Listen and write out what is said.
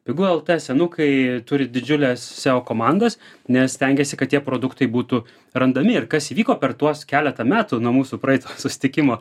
pigu lt senukai turi didžiules seo komandas nes stengiasi kad tie produktai būtų randami ir kas įvyko per tuos keletą metų nuo mūsų praeito susitikimo